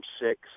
six